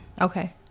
okay